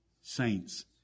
saints